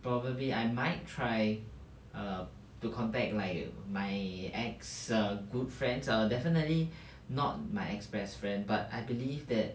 probably I might try err to contact like my ex err good friends err definitely not my ex best friend but I believe that